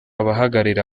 abahagararira